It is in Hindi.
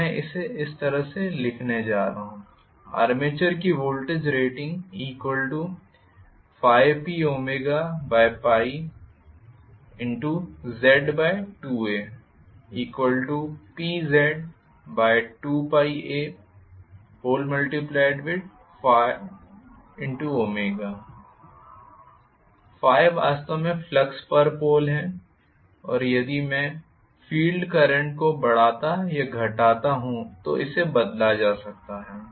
तो मैं इसे इस तरह से लिखने जा रहा हूं आर्मेचर की वोल्टेज रेटिंग∅PωZ2aPZ2πa∅ω ϕ वास्तव में फ्लक्स पर पोल है और यदि मैं फील्ड करंट को बढ़ाता या घटाता हूं तो इसे बदला जा सकता है